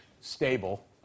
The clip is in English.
stable